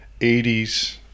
80s